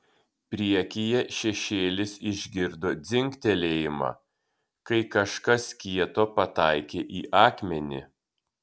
priekyje šešėlis išgirdo dzingtelėjimą kai kažkas kieto pataikė į akmenį